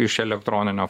iš elektroninio